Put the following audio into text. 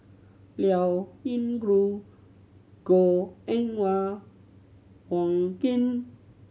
Liao Yingru Goh Eng Wah Wong Keen